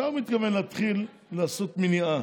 מתי הוא מתכוון להתחיל לעשות מניעה